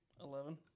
Eleven